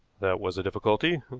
that was a difficulty,